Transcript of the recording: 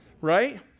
right